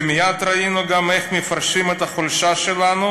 ומייד ראינו גם איך מפרשים את החולשה שלנו,